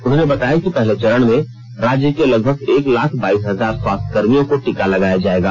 उन्होंने बताया कि पहले चरण में राज्य के लगभग एक लाख बाइस हजार स्वास्थ्य कर्मियों को टीका लगाया जाएगा